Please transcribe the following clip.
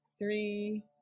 Three